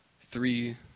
three